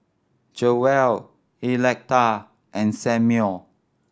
Jewell Electa and Samuel